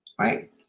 Right